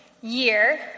year